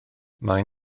maen